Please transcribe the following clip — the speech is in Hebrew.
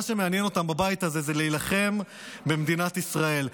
מה שמעניין אותם בבית הזה זה להילחם במדינת ישראל,